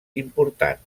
important